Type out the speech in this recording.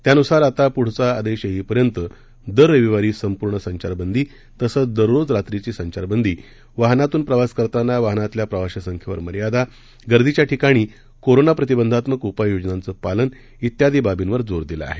त्यानुसार आता पुढचा आदेश येईपर्यंत दर रविवारी संपूर्ण संचारबंदी तसंच दररोज रात्रीची संचारबंदी वाहनांतून प्रवास करतांना वाहनातील प्रवाशी संख्येवर मर्यादा गर्दीच्या ठिकाणी कोरोना प्रतिबंधात्मक उपाययोजनांचं पालन वियादी बाबींवर जोर दिला आहे